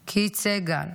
קית' סיגל,